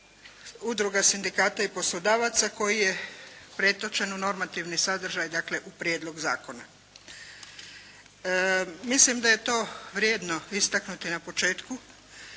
udruga sindikata i poslodavaca koji je pretočen u normativni sadržaj dakle u prijedlog zakona. Mislim da je to vrijedno istaknuti na početku.